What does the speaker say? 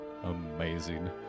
amazing